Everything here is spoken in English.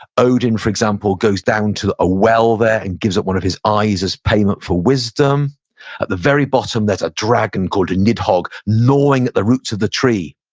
odin, for example, goes down to a well there and gives it one of his eyes as payment for wisdom. at the very bottom, there's a dragon called a nidhogg gnawing at the roots of the tree.